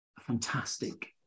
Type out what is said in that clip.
fantastic